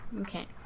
Okay